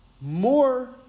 more